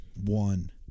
one